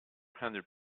hundred